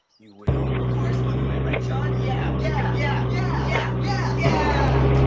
you will? of course we'll do it. right, sean? yeah! yeah! yeah! yeah! yeah! yeah! yeah! ah.